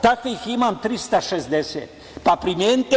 Takvih imam 360, pa primenite.